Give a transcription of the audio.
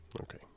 okay